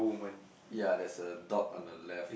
ya there's a dog on the left